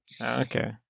okay